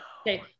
Okay